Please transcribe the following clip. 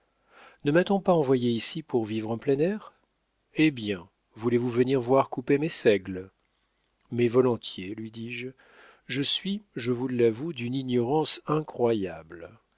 ne m'a-t-on pas envoyé ici pour vivre en plein air hé bien voulez-vous venir voir couper mes seigles mais volontiers lui dis-je je suis je vous l'avoue d'une ignorance incroyable